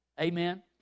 Amen